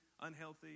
unhealthy